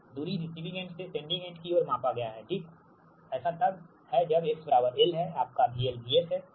दूरी receiving end से sending end की और मापा गया है ठीक हैऐसा तब है जब x l है आपका V VS है ठीक